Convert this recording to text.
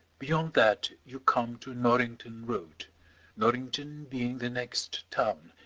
beyond that you come to norrington road norrington being the next town,